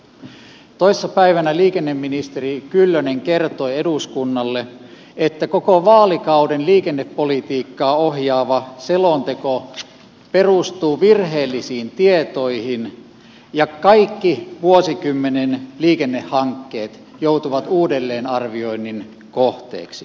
toissa päivänä liikenneministeri kyllönen kertoi eduskunnalle että koko vaalikauden liikennepolitiikkaa ohjaava selonteko perustuu virheellisiin tietoihin ja kaikki vuosikymmenen liikennehankkeet joutuvat uudelleenarvioinnin kohteeksi